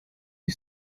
you